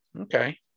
Okay